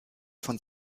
von